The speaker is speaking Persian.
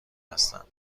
هستم